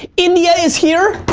ah india is here.